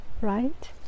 Right